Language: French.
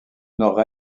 nord